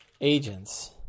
agents